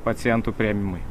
pacientų priėmimui